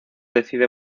decide